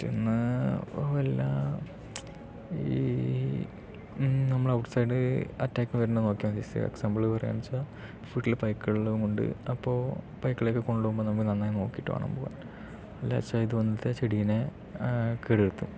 just ഒന്ന് വല്ല ഈ നമ്മള് ഔട്ട് സൈഡ് അറ്റാക്ക് വരുന്നത് നോക്കിയാൽ മതി എക്സാമ്പിൾ പറയുക എന്ന് വെച്ചാൽ വീട്ടില് പൈക്കളും ഉണ്ട് അപ്പോൾ പൈക്കളെ ഒക്കെ കൊണ്ട് പോകുമ്പോൾ നന്നായിട്ട് നോക്കിട്ട് വേണം പോകാൻ ഇല്ലാന്ന് വെച്ചാൽ ഇത് ചെടിനെ കേട് വരുത്തും